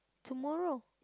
tomorrow